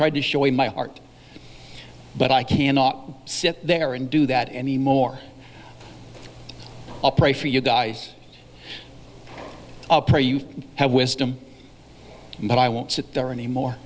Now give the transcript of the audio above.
tried to show you my heart but i cannot sit there and do that anymore i'll pray for you guys pray you have wisdom but i won't sit there anymore